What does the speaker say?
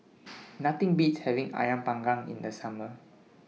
Nothing Beats having Ayam Panggang in The Summer